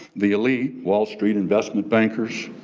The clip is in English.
the elite, wall street investment bankers,